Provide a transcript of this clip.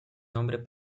nombre